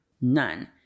None